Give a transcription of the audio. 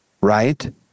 right